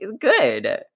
good